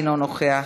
אינו נוכח.